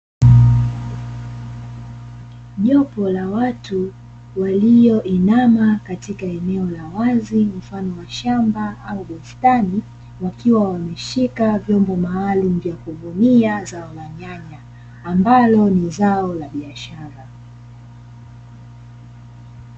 Jopu la watu walioinama katika eneo la wazi mfano wa shamba ama bustani, wakiwa wameshika vyombo maalumu vyaa kuvunianyanya ambalo ni zao maalumu la biashara.